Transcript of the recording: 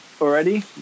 already